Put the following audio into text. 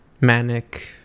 manic